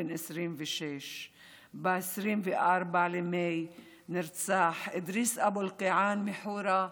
בן 26. ב-24 במאי נרצח אדריס אבו אלקיעאן מחורה,